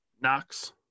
Knox